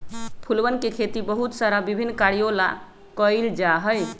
फूलवन के खेती बहुत सारा विभिन्न कार्यों ला कइल जा हई